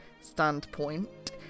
standpoint